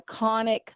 iconic